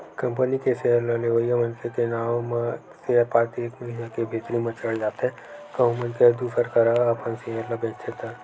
company के share ल लेवइया मनखे के नांव म सेयर पाती एक महिना के भीतरी म चढ़ जाथे कहूं मनखे ह दूसर करा अपन सेयर ल बेंचथे त